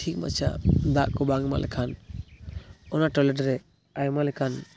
ᱴᱷᱤᱠ ᱢᱟᱪᱷᱟ ᱫᱟᱜ ᱠᱚ ᱵᱟᱝ ᱮᱢᱚᱜ ᱞᱮᱠᱷᱟᱱ ᱚᱱᱟ ᱴᱚᱭᱞᱮᱴ ᱨᱮ ᱟᱭᱢᱟ ᱞᱮᱠᱟᱱ